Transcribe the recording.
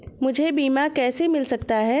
मुझे बीमा कैसे मिल सकता है?